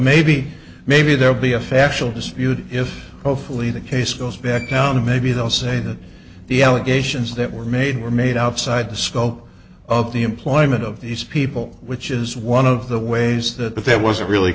maybe maybe there will be a factual dispute if hopefully the case goes back down to maybe they'll say that the allegations that were made were made outside the scope of the employment of these people which is one of the ways that there was really